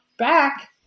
back